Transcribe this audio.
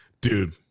Dude